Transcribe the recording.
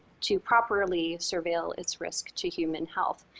to properly surveil its risk to human health.